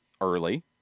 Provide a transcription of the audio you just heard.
early